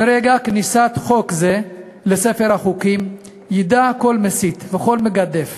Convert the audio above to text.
מרגע כניסת חוק זה לספר החוקים ידע כל מסית וכל מגדף